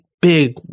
big